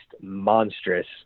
monstrous